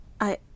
I-